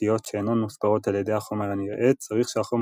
הכבידתיות שאינן מוסברות על ידי החומר הנראה צריך שהחומר